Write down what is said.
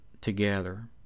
together